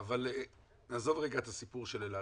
אבל נעזוב רגע את הסיפור של אל על,